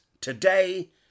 today